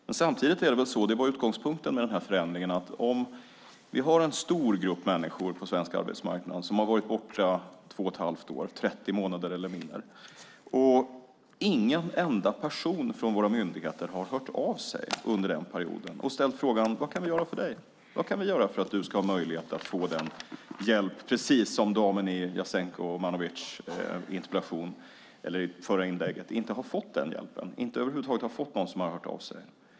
Men samtidigt var utgångspunkten för den här förändringen att det finns en stor grupp på arbetsmarknaden som har varit borta 30 månader eller mer och ingen enda person från våra myndigheter har hört av sig till dem och frågat: Vad kan vi göra för dig för att du ska få den hjälp du behöver? Precis som den dam som Jasenko Omanovic tar upp har de inte fått den hjälpen, och det har inte varit någon som har hört av sig till dem.